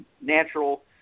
natural